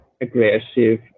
aggressive